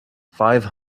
five